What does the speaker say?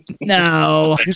No